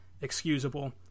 excusable